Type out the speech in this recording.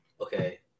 Okay